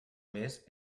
més